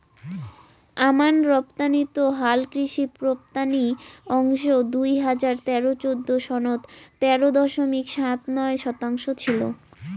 আমান রপ্তানিত হালকৃষি রপ্তানি অংশ দুই হাজার তেরো চৌদ্দ সনত তেরো দশমিক সাত নয় শতাংশ ছিল